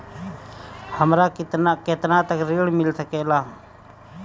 हमरा केतना तक ऋण मिल सके ला?